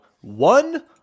one